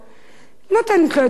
נותנת לו את הבקבוק,